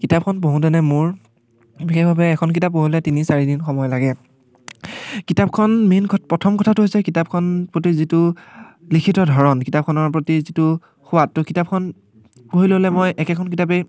কিতাপখন পঢ়োঁতেনে মোৰ বিশেষভাৱে এখন কিতাপ পঢ়িবলৈ তিনি চাৰিদিন সময় লাগে কিতাপখন মেইন প্ৰথম কথাটো হৈছে কিতাপখন প্ৰতি যিটো লিখিত ধৰণ কিতাপখনৰ প্ৰতি যিটো সোৱাদ ত' কিতাপখন পঢ়ি ল'লে মই একেখন কিতাপেই